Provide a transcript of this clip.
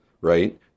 right